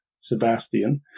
Sebastian